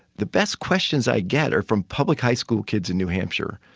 the best questions i get are from public high school kids in new hampshire.